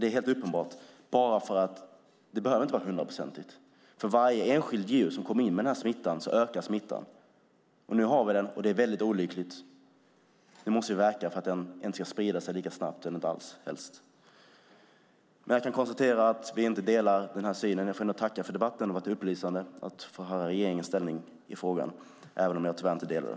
Det är helt uppenbart att för varje enskilt djur med denna smitta som kommer in i landet så ökar smittan. Nu har vi den i landet, och det är mycket olyckligt. Vi måste verka för att den inte ska sprida sig lika snabbt och helst inte alls. Men jag kan konstatera att vi inte delar denna syn. Jag får ändå tacka för debatten. Det har varit upplysande att höra regeringens uppfattning i frågan, även om jag tyvärr inte delar den.